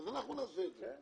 אז אנחנו נעשה את זה.